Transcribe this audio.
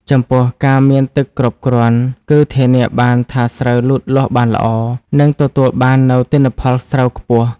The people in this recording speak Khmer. ចំពោះ ការមានទឹកគ្រប់គ្រាន់គឺ ធានាបានថាស្រូវលូតលាស់បានល្អ និងទទួលបាននូវទិន្នផលស្រូវខ្ពស់។